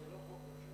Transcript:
זה לא חוק ממשלתי.